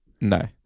No